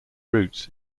routes